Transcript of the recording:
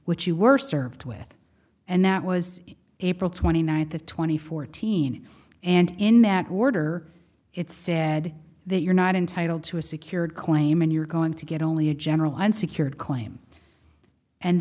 which you were served with and that was in april twenty ninth the twenty fourteen and in that order it said that you're not entitled to a secured claim and you're going to get only a general and secured claim and